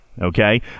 Okay